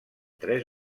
tres